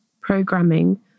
programming